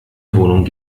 wohnung